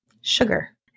Sugar